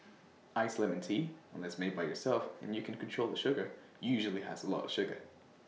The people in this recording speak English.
Iced Lemon Tea unless made by yourself and you can control the sugar usually has A lot of sugar